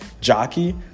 Jockey